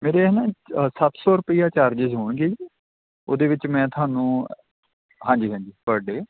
ਮੇਰੇ ਨਾ ਸੱਤ ਸੌ ਰੁਪਈਆ ਚਾਰਜਿਸ ਹੋਣਗੇ ਜੀ ਉਹਦੇ ਵਿੱਚ ਮੈਂ ਤੁਹਾਨੂੰ ਹਾਂਜੀ ਹਾਂਜੀ ਪਰ ਡੇਅ